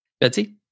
Betsy